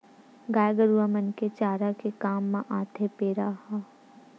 गाय गरुवा मन के चारा के काम म आथे पेरा ह